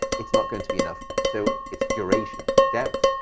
it's not going to be enough. so it's duration. depth,